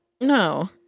No